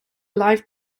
live